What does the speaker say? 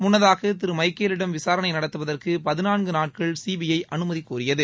முன்னதாக திரு மைக்கேலிடம் விசாரணை நடத்துவதற்கு பதினான்கு நாட்கள் சிபிற அனுமதி கோரியது